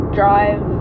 drive